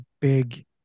big